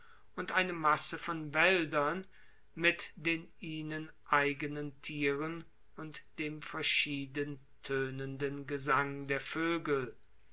und eine masse von wäldern mit den ihnen eigenen thieren und dem verschieden tönenden gesang der vögel